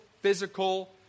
physical